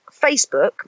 Facebook